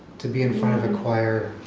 to be in front of a choir?